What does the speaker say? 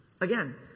Again